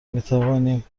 میتوانیم